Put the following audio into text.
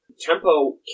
Tempo